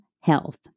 health